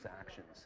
actions